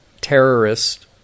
terrorist